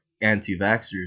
anti-vaxxers